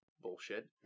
bullshit